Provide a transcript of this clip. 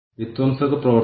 നേതൃത്വ ധാരണ